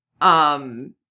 um-